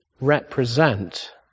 represent